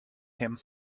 him